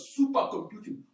supercomputing